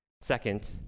Second